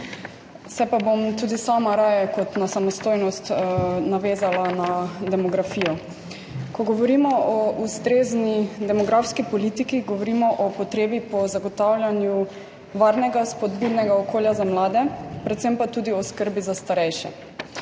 Se pa bom tudi sama raje kot na samostojnost navezala na demografijo. Ko govorimo o ustrezni demografski politiki, govorimo o potrebi po zagotavljanju varnega, spodbudnega okolja za mlade, predvsem pa tudi o skrbi za starejše.